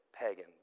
pagan